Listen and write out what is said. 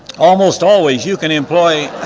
almost always you can employ